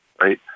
Right